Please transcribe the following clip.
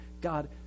God